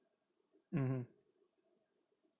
mmhmm